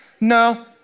No